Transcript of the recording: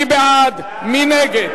מי בעד, מי נגד?